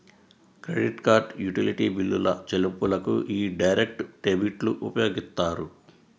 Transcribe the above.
credit card, utility బిల్లుల చెల్లింపులకు యీ డైరెక్ట్ డెబిట్లు ఉపయోగిత్తారు